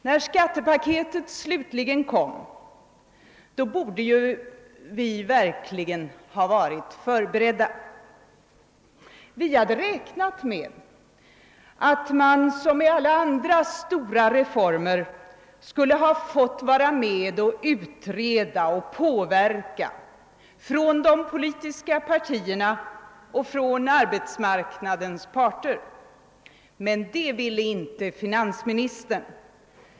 När skattepaketet slutligen kom borde vi ju verkligen ha varit väl förberedda. Vi hade räknat med att representanter för de politiska partierna och för arbetsmarknadens parter — i detta fall precis som när det gällt alla andra stora reformer — skulle ha fått vara med och utreda och påverka. Men det ville inte finansministern.